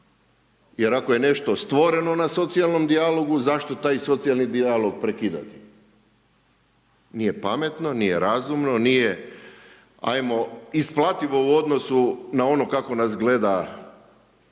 jer ako je nešto stvoreno na socijalnom dijalogu, zašto taj socijalni dijalog prekidate. Nije pametno, nije razumno, nije hajmo isplativo u odnosu na ono kako nas gleda demokratski